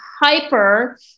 hyper